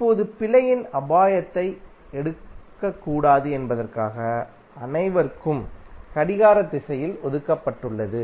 இப்போது பிழையின் அபாயத்தை எடுக்கக்கூடாது என்பதற்காக அனைவருக்கும் கடிகார திசையில் ஒதுக்கப்பட்டுள்ளது